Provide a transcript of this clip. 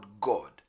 God